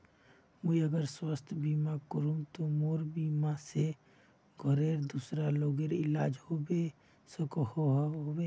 मुई अगर स्वास्थ्य बीमा करूम ते मोर बीमा से घोरेर दूसरा लोगेर इलाज होबे सकोहो होबे?